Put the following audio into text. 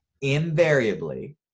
Invariably